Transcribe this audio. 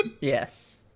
Yes